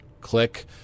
click